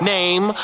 Name